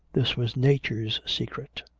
this was nature's secret.